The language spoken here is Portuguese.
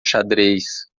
xadrez